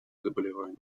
заболеваний